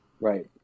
Right